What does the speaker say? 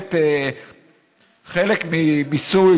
מקבלת חלק מהמיסוי,